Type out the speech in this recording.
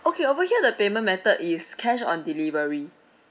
okay over here the payment method is cash on delivery